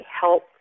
help